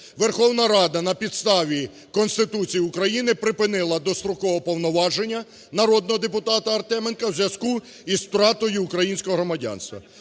Верховна Рада на підставі Конституції України припинила достроково повноваження народного депутата Артеменка у зв'язку з втратою українського громадянства.